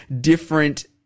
different